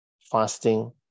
fasting